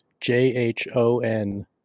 J-H-O-N